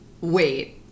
Wait